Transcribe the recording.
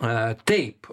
a taip